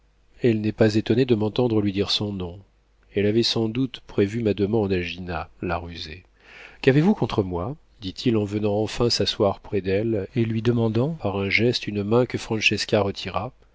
elle n'est pas étonnée de m'entendre lui dire son nom elle avait sans doute prévu ma demande à gina la rusée qu'avez-vous contre moi dit-il en venant enfin s'asseoir près d'elle et lui demandant par un geste une main que